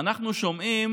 אנחנו שומעים